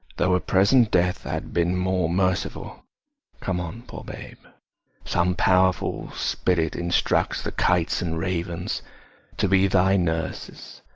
though a present death had been more merciful come on, poor babe some powerful spirit instruct the kites and ravens to be thy nurses!